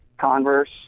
Converse